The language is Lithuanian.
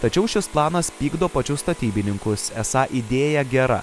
tačiau šis planas pykdo pačius statybininkus esą idėja gera